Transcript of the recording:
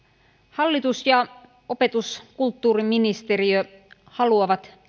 hallitus ja opetus ja kulttuuriministeriö haluavat